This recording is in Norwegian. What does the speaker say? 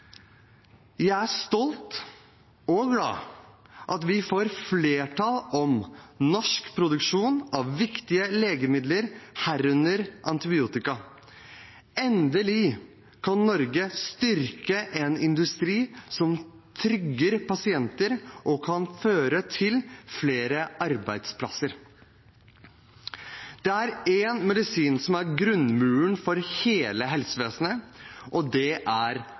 Jeg er stolt av og glad for at vi får flertall for norsk produksjon av viktige legemidler, herunder antibiotika. Endelig kan Norge styrke en industri som trygger pasienter og kan føre til flere arbeidsplasser. Det er én medisin som er grunnmuren for hele helsevesenet, og det er